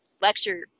lecture